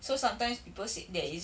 so sometimes people say there is